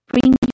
Bring